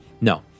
No